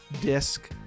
disc